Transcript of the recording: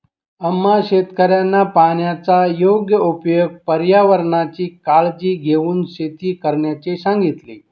आम्हा शेतकऱ्यांना पाण्याचा योग्य उपयोग, पर्यावरणाची काळजी घेऊन शेती करण्याचे सांगितले